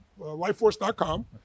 lifeforce.com